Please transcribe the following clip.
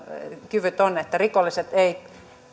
kyvyt ovat että rikolliset eivät